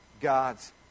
God's